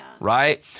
right